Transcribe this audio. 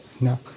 No